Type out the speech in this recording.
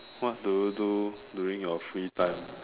what do you do during your free time